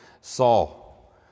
Saul